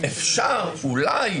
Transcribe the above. אפשר אולי